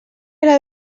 era